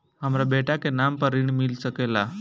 हमरा बेटा के नाम पर ऋण मिल सकेला?